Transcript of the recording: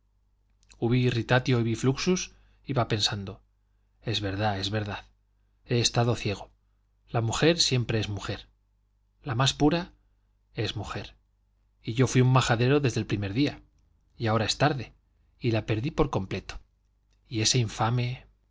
ibi fluxus iba pensando es verdad es verdad he estado ciego la mujer siempre es mujer la más pura es mujer y yo fuí un majadero desde el primer día y ahora es tarde y la perdí por completo y ese infame